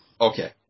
Okay